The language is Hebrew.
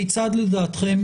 כיצד לדעתכם